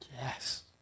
Yes